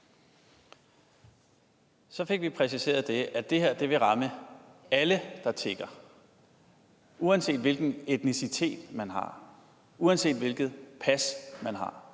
Så fik vi præciseret, at det her vil ramme alle, der tigger, uanset hvilken etnicitet man har, uanset hvilket pas man har.